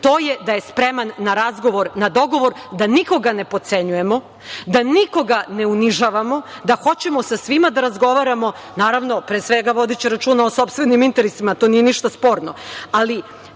to je da je spreman na razgovor, na dogovor da nikoga ne potcenjujemo, da nikoga ne unižavamo, da hoćemo sa svima da razgovaramo, naravno pre svega vodeći računa o sopstvenim interesima, to nije ništa sporno.